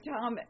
Tom